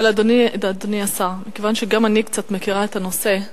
אבל, אדוני השר, גם אני קצת מכירה את הנושא.